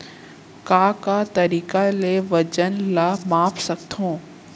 का का तरीक़ा ले वजन ला माप सकथो?